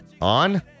on